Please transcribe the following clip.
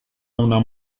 una